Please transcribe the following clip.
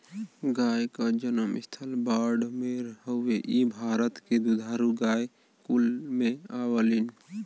गाय क जनम स्थल बाड़मेर हउवे इ भारत के दुधारू गाय कुल में आवलीन